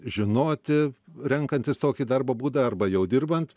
žinoti renkantis tokį darbo būdą arba jau dirbant